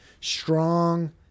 strong